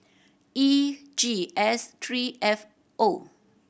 E G S three F O